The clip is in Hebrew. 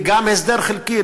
וגם הסדר חלקי,